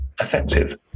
effective